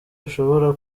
ushobora